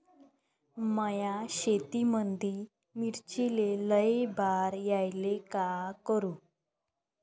माया शेतामंदी मिर्चीले लई बार यायले का करू?